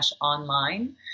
online